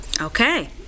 Okay